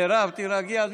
די מירב, תירגעי.